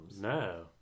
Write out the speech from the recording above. No